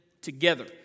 together